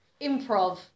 improv